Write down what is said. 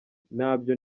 ntabyo